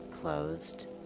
closed